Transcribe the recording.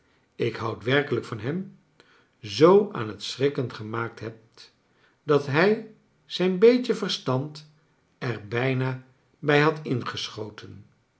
ik houd werkelijk van hem zoo aan het schrikken gemaakt hebt dat hij zijn beetje verstand er bijna bij had ingeschoten